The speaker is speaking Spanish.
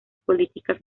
políticas